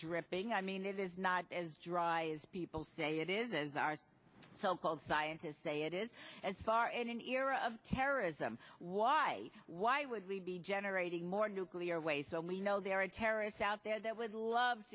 dripping i mean it is not as dry as people say it is as our so called scientists say it is as far as an era of terrorism why why would we be generating more nuclear waste so we know there are terrorists out there that would love